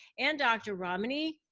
and dr. ramani,